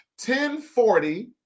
1040